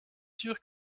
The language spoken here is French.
sûr